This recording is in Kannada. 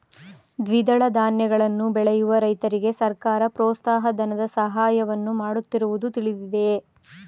ದ್ವಿದಳ ಧಾನ್ಯಗಳನ್ನು ಬೆಳೆಯುವ ರೈತರಿಗೆ ಸರ್ಕಾರ ಪ್ರೋತ್ಸಾಹ ಧನದ ಸಹಾಯವನ್ನು ಮಾಡುತ್ತಿರುವುದು ತಿಳಿದಿದೆಯೇ?